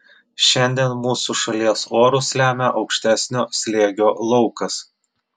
šiandien mūsų šalies orus lemia aukštesnio slėgio laukas